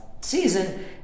season